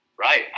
right